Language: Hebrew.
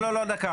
לא, לא, דקה.